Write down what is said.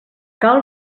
cal